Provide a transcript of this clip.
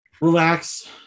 relax